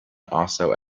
also